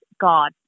God